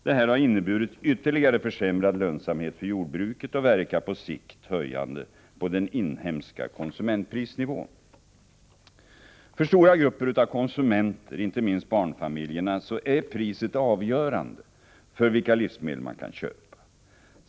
Detta har inneburit ytterligare försämrad lönsamhet för jordbruket och verkar på sikt höjande på den inhemska konsumentprisnivån. För stora grupper av konsumenter, inte minst barnfamiljerna är priset avgörande för vilka livsmedel man kan köpa.